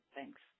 Thanks